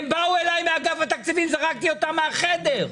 הם באו אליי מאגף התקציבים, זרקתי אותם מהחדר.